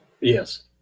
Yes